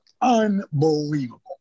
unbelievable